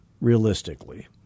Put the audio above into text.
realistically